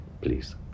please